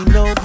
no